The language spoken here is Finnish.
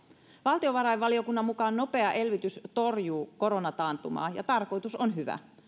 valtiovarainvaliokunnan mukaan nopea elvytys torjuu koronataantumaa tarkoitus on hyvä